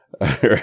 Right